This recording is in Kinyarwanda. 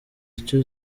icyo